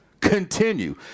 continue